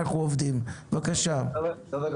ביישוב שיש בו ועדת קבלה תוך שלושה חודשים הכול גמור.